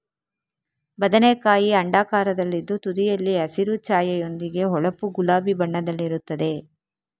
ಬದನೆಕಾಯಿ ಅಂಡಾಕಾರದಲ್ಲಿದ್ದು ತುದಿಯಲ್ಲಿ ಹಸಿರು ಛಾಯೆಯೊಂದಿಗೆ ಹೊಳಪು ಗುಲಾಬಿ ಬಣ್ಣದಲ್ಲಿರುತ್ತದೆ